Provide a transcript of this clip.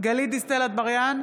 גלית דיסטל אטבריאן,